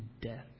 death